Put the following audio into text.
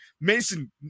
Mason